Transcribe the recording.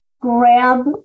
grab